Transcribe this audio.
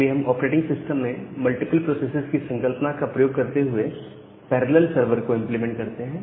इसलिए हम operating system में मल्टीपल प्रोसेसेस की संकल्पना का प्रयोग करते हुए पैरेलल सर्वर को इंप्लीमेंट करते हैं